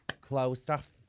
closed-off